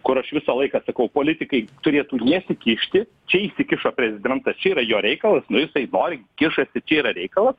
kur aš visą laiką sakau politikai turėtų nesikišti čia įsikišo prezidentas čia yra jo reikalas nu jisai nori kišasi čia yra reikalas